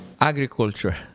agriculture